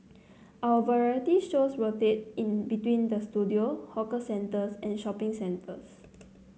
our variety shows rotate in between the studio hawker centres and shopping centres